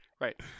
Right